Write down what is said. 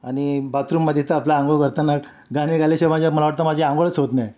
आणि बाथरूममध्ये तर आपला आंघोळ करताना गाणे गायल्याशिवाय माझ्या मला वाटतं माझी आंघोळच होत नाही